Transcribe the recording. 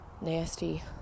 nasty